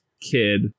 kid